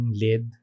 lid